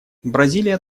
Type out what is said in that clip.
бразилия